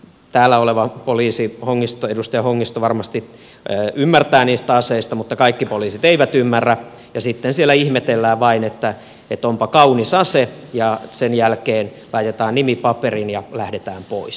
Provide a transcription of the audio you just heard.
täällä oleva poliisi edustaja hongisto varmasti ymmärtää niistä aseista mutta kaikki poliisit eivät ymmärrä ja sitten siellä ihmetellään vain että onpa kaunis ase ja sen jälkeen laitetaan nimi paperiin ja lähdetään pois